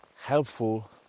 helpful